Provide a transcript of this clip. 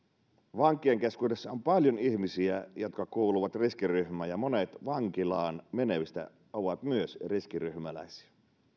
vankien keskuudessa on paljon ihmisiä jotka kuuluvat riskiryhmään ja monet vankilaan menevistä ovat myös riskiryhmäläisiä